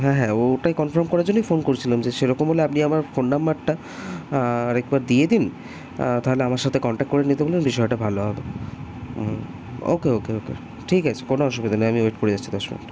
হ্যাঁ হ্যাঁ ওটাই কনফার্ম করার জন্যই ফোন করছিলাম যে সেরকম হলে আপনি আমার ফোন নম্বরটা আরেকবার দিয়ে দিন তাহলে আমার সাথে কন্ট্যাক্ট করে নিতে বলুন বিষয়টা ভালো হবে ওকে ওকে ওকে ঠিক আছে কোনো অসুবিধা নেই আমি ওয়েট করা যাচ্ছি দশ মিনিট